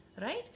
right